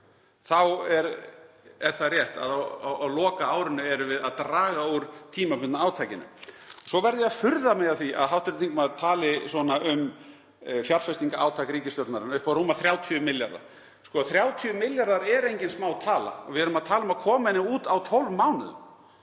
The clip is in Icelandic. er það rétt að á lokaárunum erum við að draga úr tímabundna átakinu. Svo verð ég að furða mig á því að hv. þingmaður tali svona um fjárfestingarátak ríkisstjórnarinnar upp á rúma 30 milljarða. 30 milljarðar er engin smátala og við erum að tala um að koma henni út á 12 mánuðum.